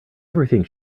everything